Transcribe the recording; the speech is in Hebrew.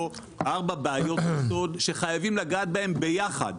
ארבע בעיות יסוד שחייבים לגעת בהן ביחד,